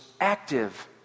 active